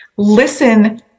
Listen